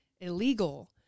illegal